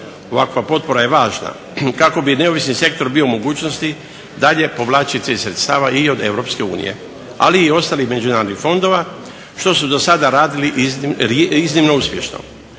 Ovakva potpora je važna kako bi sektor bio u mogućnosti dalje povlačiti sredstava i od europske unije ali i ostalih međunarodnih fondova što su do sada radili iznimno uspješno.